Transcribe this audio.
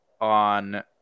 on